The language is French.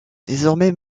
désormais